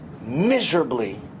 miserably